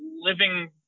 living